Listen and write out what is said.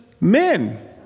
men